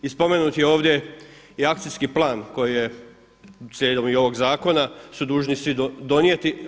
I spomenut je ovdje i akcijski plan koji je slijedom i ovog zakona su dužni svi donijeti.